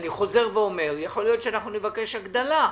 אני חוזר ואומר, יכול להיות שאנחנו נבקש הגדלה,